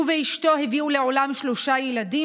הוא ואשתו הביאו לעולם שלושה ילדים